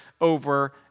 over